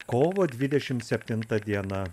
kovo dvidešim septinta diena